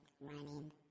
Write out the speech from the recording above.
running